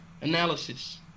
analysis